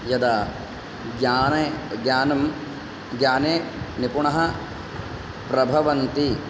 यदा ज्ञाने ज्ञानं ज्ञाने निपुणः प्रभवन्ति